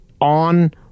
on